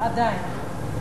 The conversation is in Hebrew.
עדיין.